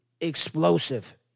explosive